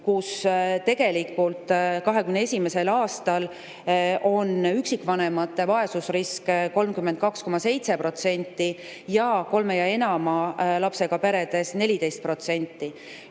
kus tegelikult 2021. aastal oli üksikvanemate vaesusrisk 32,7% ning kolme ja enama lapsega peredes 14%.